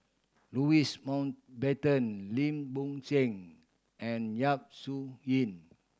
Louis Mountbatten Lim Bo Seng and Yap Su Yin